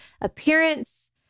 appearance